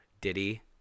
Diddy